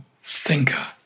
thinker